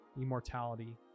immortality